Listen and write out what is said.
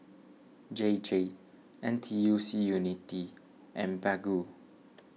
J J N T U C Unity and Baggu